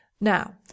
now